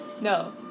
No